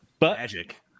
Magic